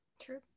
True